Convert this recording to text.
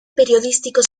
periodístico